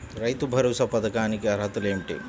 రైతు భరోసా పథకానికి అర్హతలు ఏమిటీ?